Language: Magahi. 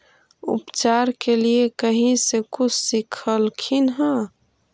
उपचार के लीये कहीं से कुछ सिखलखिन हा?